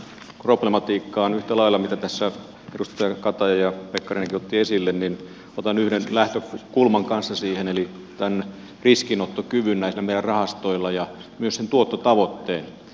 vielä tähän problematiikkaan minkä tässä edustaja kataja ja pekkarinenkin ottivat esille otan yhtä lailla yhden lähtökulman kanssa eli tämän riskinottokyvyn näillä meidän rahastoillamme ja myös sen tuottotavoitteen